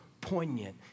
poignant